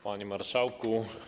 Panie Marszałku!